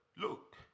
look